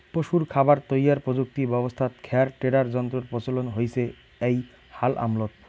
পশুর খাবার তৈয়ার প্রযুক্তি ব্যবস্থাত খ্যার টেডার যন্ত্রর প্রচলন হইচে এ্যাই হাল আমলত